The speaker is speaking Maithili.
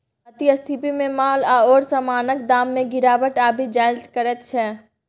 अति स्फीतीमे माल आओर समानक दाममे गिरावट आबि जाएल करैत छै